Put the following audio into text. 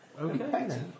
Okay